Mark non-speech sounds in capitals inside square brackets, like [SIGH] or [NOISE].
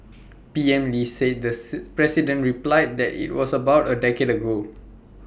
P M lee said the [UNINTELLIGIBLE] president replied that IT was about A decade ago